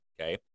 okay